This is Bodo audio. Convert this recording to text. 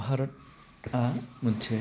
भारतआ मोनसे